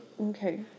Okay